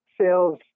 sales